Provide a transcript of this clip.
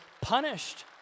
punished